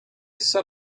set